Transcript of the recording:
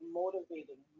motivated